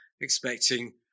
expecting